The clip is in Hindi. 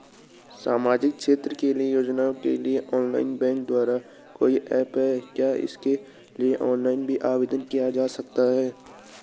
सामाजिक क्षेत्र की योजनाओं के लिए ऑनलाइन बैंक द्वारा कोई ऐप है क्या इसके लिए ऑनलाइन भी आवेदन किया जा सकता है?